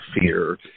fear